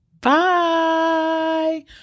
Bye